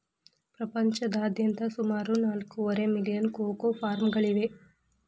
ಪ್ರಪಂಚದಾದ್ಯಂತ ಸುಮಾರು ನಾಲ್ಕೂವರೆ ಮಿಲಿಯನ್ ಕೋಕೋ ಫಾರ್ಮ್ಗಳಿವೆ